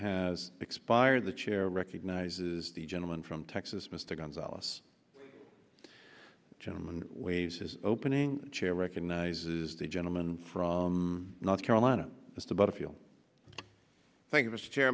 has expired the chair recognizes the gentleman from texas mr gonzales gentleman waves his opening chair recognizes the gentleman from north carolina just about to feel thank you mr chair